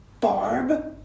Barb